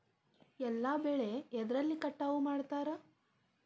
ಎಲ್ಲ ಬೆಳೆ ಎದ್ರಲೆ ಕಟಾವು ಮಾಡ್ತಾರ್?